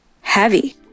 heavy